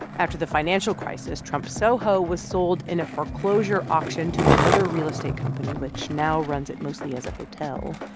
after the financial crisis, trump soho was sold in a foreclosure auction to another real estate company which now runs it mostly as a hotel.